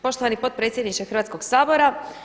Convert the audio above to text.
Poštovani potpredsjedniče Hrvatskoga sabora.